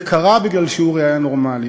זה קרה כי אורי היה נורמלי,